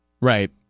Right